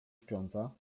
śpiąca